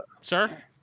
sir